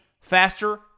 faster